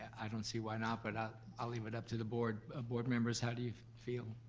i don't see why not. but i'll leave it up to the board. ah board members, how do you feel,